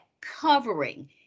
covering